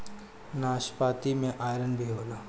नाशपाती में आयरन भी होला